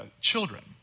children